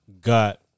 got